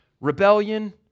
Rebellion